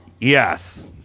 Yes